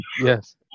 Yes